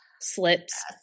slips